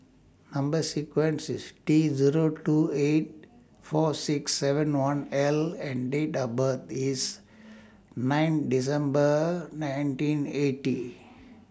Number sequence IS T Zero two eight four six seven one L and Date of birth IS nine December nineteen eighty